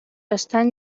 estan